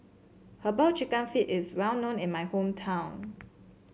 herbal chicken feet is well known in my hometown